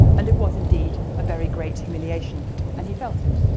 and it was indeed a very great humiliation and he felt it.